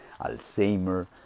Alzheimer